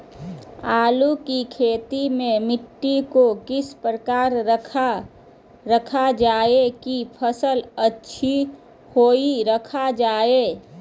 आलू की खेती में मिट्टी को किस प्रकार रखा रखा जाए की फसल अच्छी होई रखा जाए?